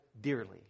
dearly